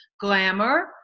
Glamour